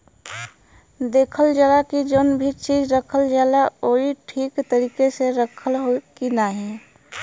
देखल जाला की जौन भी चीज रखल जाला उ ठीक तरीके से रखल हौ की नाही